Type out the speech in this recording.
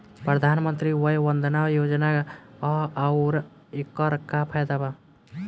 प्रधानमंत्री वय वन्दना योजना का ह आउर एकर का फायदा बा?